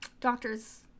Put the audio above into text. doctor's